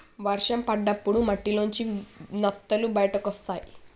వర్షం పడ్డప్పుడు మట్టిలోంచి నత్తలు బయటకొస్తయ్